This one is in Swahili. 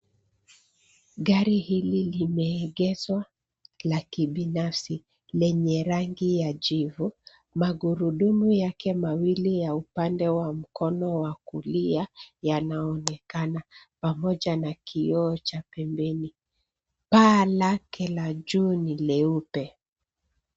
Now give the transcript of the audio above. Gari hili limeegeshwa la kibinafsi, lenye rangi ya jivu, magurudumu yake mawili ya upande wa mkono wa kulia yanaonekana, pamoja na kioo cha pembeni. Paa lake la juu ni leupe.